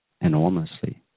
enormously